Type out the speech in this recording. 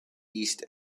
east